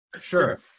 Sure